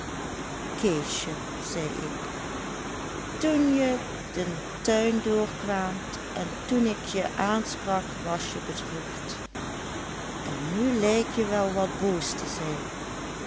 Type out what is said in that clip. keesje zei ik toen je den tuin doorkwaamt en toen ik je aansprak was je bedroefd en nu lijk je wel wat boos te zijn